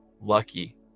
lucky